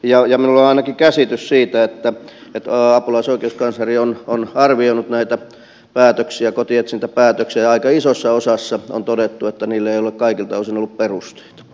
minulla on ainakin käsitys siitä että apulaisoikeuskansleri on arvioinut näitä päätöksiä kotietsintäpäätöksiä ja aika isossa osassa on todettu että niille ei ole kaikilta osin ollut perusteita